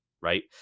right